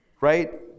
right